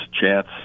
chance